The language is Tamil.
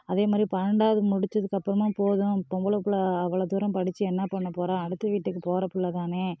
அதேமாதிரி பன்னெண்டாவது முடித்ததுக்கப்புறமா போதும் பொம்பளை பிள்ள அவ்வளோ தூரம் படித்து என்ன பண்ண போகிறா அடுத்த வீட்டுக்கு போகிற பிள்ள தானே